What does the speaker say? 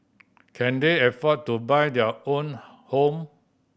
can they afford to buy their own home